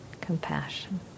Compassion